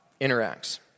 interacts